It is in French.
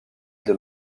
the